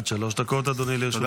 עד שלוש דקות, אדוני, לרשותך.